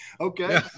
Okay